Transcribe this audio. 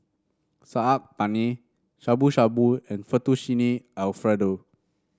Saag Paneer Shabu Shabu and Fettuccine Alfredo